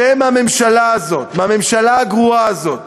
צא מהממשלה הזאת, מהממשלה הגרועה הזאת.